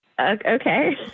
Okay